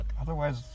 Otherwise